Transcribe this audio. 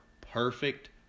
perfect